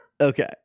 Okay